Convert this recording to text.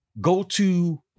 go-to